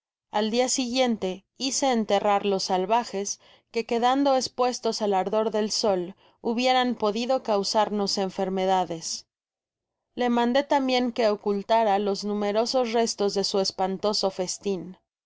al dia siguiente hice enterrar los salvajes que quedando espuestos al ardor del sol hubioran podido causarnos enfermedades le mandó tambien que ocultara los numerosos restos de su espantoso festin